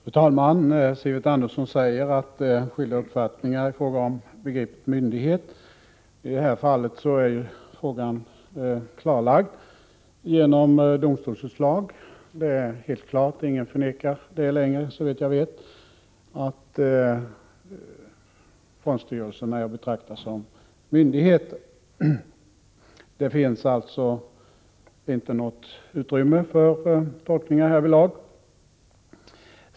Fru talman! Sivert Andersson säger att det råder skilda uppfattningar om begreppet myndighet. I det här fallet är frågan klarlagd genom domstolsutslag. Det är helt klart - ingen förnekar längre, såvitt jag vet, att fondstyrelserna är att betrakta som myndigheter. Det finns alltså inte något utrymme för tolkningar härvidlag.